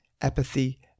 apathy